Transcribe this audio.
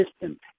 system